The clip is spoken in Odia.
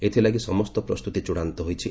ଏଥିଲାଗି ସମସ୍ତ ପ୍ରସ୍ତୁତି ଚୂଡ଼ାନ୍ତ ହୋଇଛି